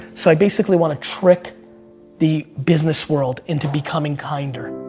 so i basically want to trick the business world into becoming kinder.